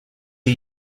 are